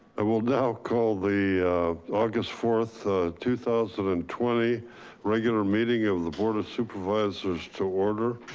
i will now call the august fourth, two thousand and twenty regular meeting of the board of supervisors to order.